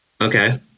Okay